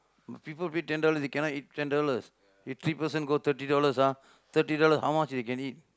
if people pay ten dollars they cannot eat ten dollars if three person go thirty dollars ah thirty dollars how much they can eat